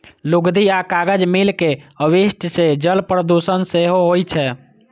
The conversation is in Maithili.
लुगदी आ कागज मिल के अवशिष्ट सं जल प्रदूषण सेहो होइ छै